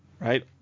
Right